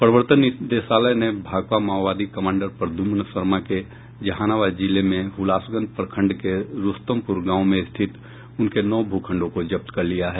प्रवर्तन निदेशालय ने भाकपा माओवादी कमांडर प्रद्युम्न शर्मा के जहानाबाद जिले में हुलासगंज प्रखण्ड के रोस्तमपुर गांव में स्थित उसके नौ भूखण्डों को जब्त कर लिया है